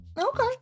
Okay